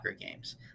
games